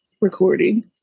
recording